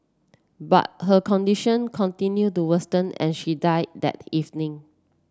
but her condition continued to and she died that evening